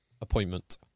appointment